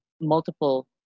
multiple